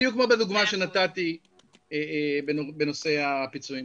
בדיוק כמו בדוגמה שנתתי בנושא הפיצויים.